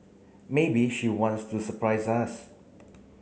maybe she wants to surprise us